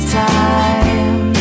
time